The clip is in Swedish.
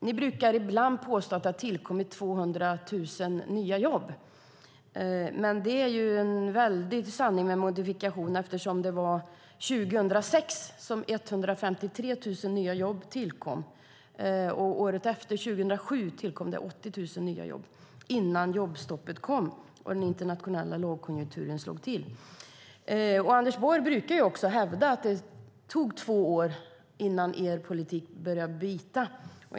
Ni brukar ibland påstå att det har tillkommit 200 000 nya jobb, men det är en sanning med väldig modifikation eftersom det var 2006 som 153 000 nya jobb tillkom. Året efter, 2007, tillkom 80 000 nya jobb. Det var innan jobbstoppet kom och den internationella lågkonjunkturen slog till. Anders Borg brukar hävda att det tog två år innan er politik började bita.